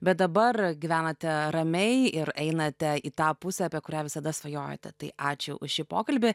bet dabar gyvenate ramiai ir einate į tą pusę apie kurią visada svajojote tai ačiū už šį pokalbį